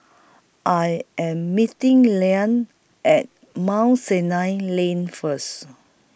I Am meeting Lien At Mount Sinai Lane First